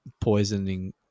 poisoning